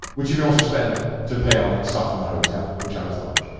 which you can also spend to pay on like stuff in the hotel. which i was like,